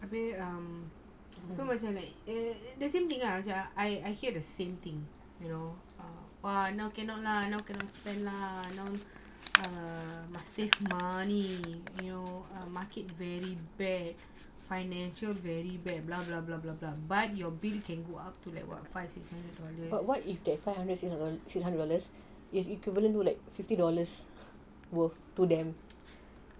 so macam like a the same thing lah okay yes I I hear the same thing you know like now cannot lah no cannot spend lah now err must save money you know market very bad financial very bad blah blah blah blah blah but your bill can go up to like what five six hundred dollars